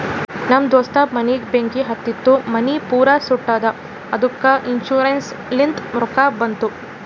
ನಮ್ ದೋಸ್ತ ಮನಿಗ್ ಬೆಂಕಿ ಹತ್ತಿತು ಮನಿ ಪೂರಾ ಸುಟ್ಟದ ಅದ್ದುಕ ಇನ್ಸೂರೆನ್ಸ್ ಲಿಂತ್ ರೊಕ್ಕಾ ಬಂದು